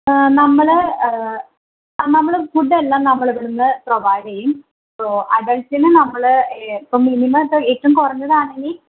നമ്മൾ ആ നമ്മൾ ഫുഡ്ഡെല്ലാം നമ്മളിവിടന്ന് പ്രൊവൈഡ് ചെയ്യും ഇപ്പോൾ അഡൾട്ട്സിന് നമ്മൾ ഇപ്പം മിനിമം ഇപ്പോൾ ഏറ്റോം കുറഞ്ഞതാണെങ്കിൽ